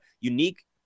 unique